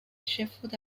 sheffield